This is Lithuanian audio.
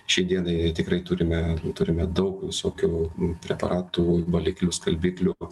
šiai dienai jei tikrai turime turime daug visokių preparatų baliklių skalbiklių